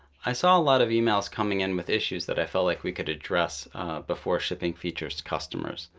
i saw a lot of emails coming in with issues that i felt like we could address before shipping features to customers.